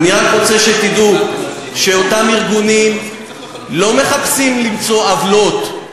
אני רק רוצה שתדעו שאותם ארגונים לא מחפשים למצוא עוולות,